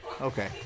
okay